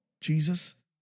Jesus